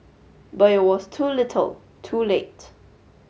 but it was too little too late